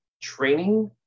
training